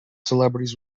celebrities